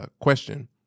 question